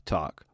Talk